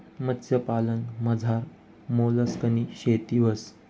मत्स्यपालनमझार मोलस्कनी शेती व्हस